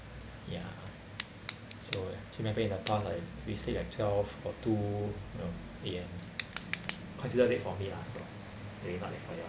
ya so actually I remembered in the past like we sleep at twelve or two you know A_M considered late for me lah so